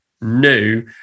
new